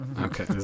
okay